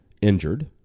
injured